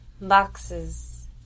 boxes